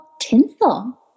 tinsel